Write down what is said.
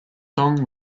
song